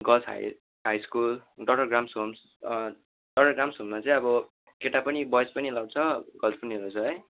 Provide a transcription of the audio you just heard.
girls high high school doctor Graham's homes doctor Graham's होम्समा चाहिँ अब केटा पनि बोइज पनि एलाउ छ गर्ल्स पनि एलाउ छ है